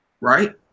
Right